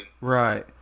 right